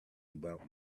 about